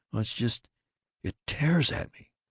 it's just it tears at me.